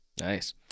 Nice